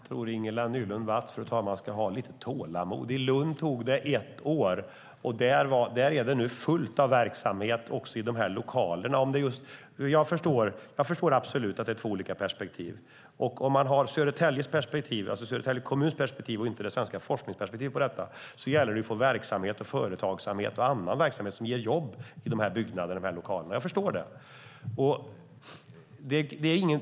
Fru talman! Jag tror att Ingela Nylund Watz ska ha lite tålamod. I Lund tog det ett år, och där är det nu fullt av verksamhet också i dessa lokaler. Jag förstår absolut att det är två olika perspektiv. Om man har Södertälje kommuns perspektiv och inte det svenska forskningsperspektivet på detta gäller det att få verksamhet - företagsamhet och annan verksamhet som ger jobb - i dessa byggnader och lokaler. Jag förstår det.